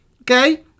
Okay